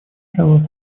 начала